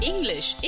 English